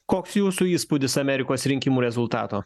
koks jūsų įspūdis amerikos rinkimų rezultato